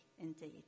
indeed